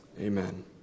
Amen